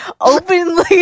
openly